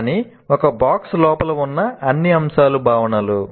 కానీ ఒక బాక్స్ లోపల ఉన్న అన్ని అంశాలు భావనలు